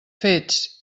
fets